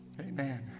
amen